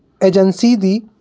agency the